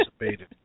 abated